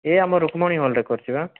ଏ ଆମ ରୁକ୍ମଣୀ ହଲ୍ ରେ କରିଛି ବା